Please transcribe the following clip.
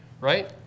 right